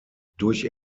durch